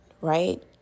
right